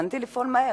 ובכוונתי לפעול מהר.